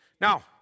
Now